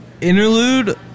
interlude